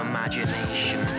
Imagination